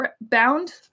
bound